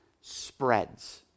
spreads